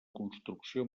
construcció